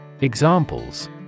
Examples